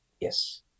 Yes